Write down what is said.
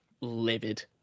livid